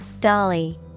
Dolly